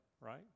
right